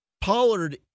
Pollard